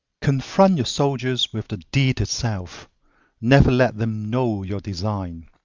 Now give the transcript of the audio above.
confront your soldiers with the deed itself never let them know your design.